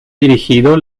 dirigido